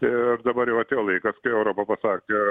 ir dabar jau atėjo laikas kai europa pasakė